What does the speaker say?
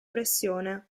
pressione